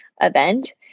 event